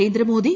Narendra Modi